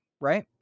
right